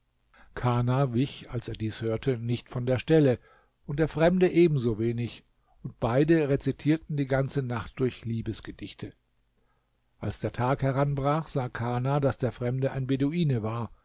kana wich als er dies hörte nicht von der stelle und der fremde ebensowenig und beide rezitierten die ganze nacht durch liebesgedichte als der tag heranbrach sah kana daß der fremde ein beduine war